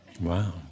Wow